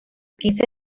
quince